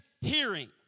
hearing